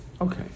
Okay